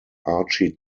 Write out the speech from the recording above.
archie